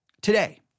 Today